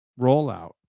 rollout